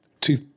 Two